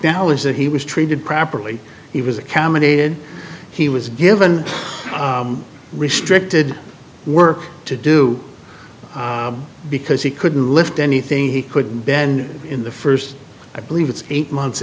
dallas that he was treated properly he was accounted he was given restricted work to do because he couldn't lift anything he couldn't bend in the first i believe it's eight months